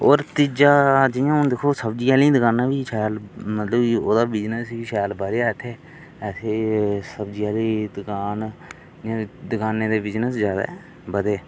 होर तीजा जि'यां हून दिक्खो सब्जी आह्लें दी दकानां बी शैल मतलब कि ओह्दा बिजनेस बी शैल बदेआ इत्थै ऐसी सब्जी आह्ली दकान दकानें दे बिजनेस ज्यादा बधे